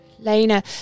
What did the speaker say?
Lena